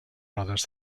rodes